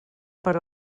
per